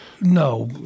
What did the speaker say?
No